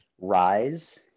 rise